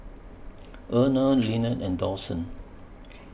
Erna Lynette and Dawson